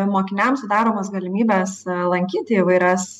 mokiniams sudaromos galimybės lankyti įvairias